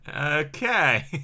Okay